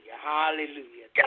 Hallelujah